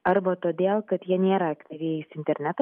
arba todėl kad jie nėra aktyviais interneto